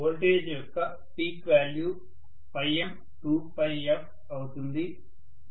voltage యొక్క peak value m2f అవుతుంది